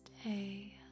stay